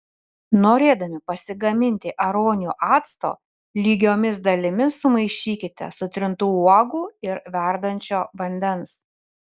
norėdami pasigaminti aronijų acto lygiomis dalimis sumaišykite sutrintų uogų ir verdančio vandens